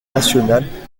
nationales